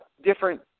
different